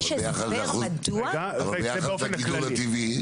אבל ביחס לגידול הטבעי?